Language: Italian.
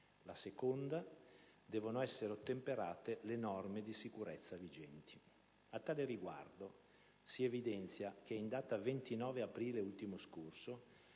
questione; devono essere ottemperate le norme di sicurezza vigenti. A tale riguardo, si evidenzia che in data 29 aprile ultimo scorso,